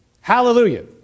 Hallelujah